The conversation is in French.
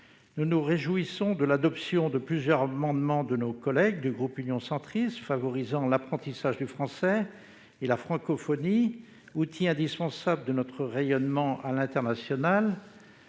Nous nous réjouissons de l'adoption de plusieurs amendements de nos collègues membres du groupe Union Centriste tendant à favoriser l'apprentissage du français et la francophonie, outil indispensable de notre rayonnement à l'international.